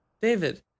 David